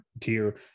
tier